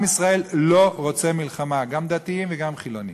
עם ישראל לא רוצה מלחמה, גם דתיים וגם חילונים.